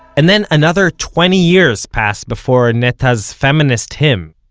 and then another twenty years passed before netta's feminist hymn,